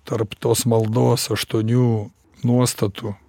tarp tos maldos aštuonių nuostatų